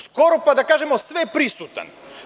Skoro, pa da kažemo sve prisutan.